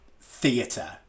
theatre